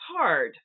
hard